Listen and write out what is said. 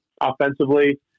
offensively